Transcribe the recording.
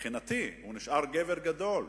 מבחינתי הוא נשאר גבר גדול,